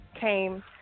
came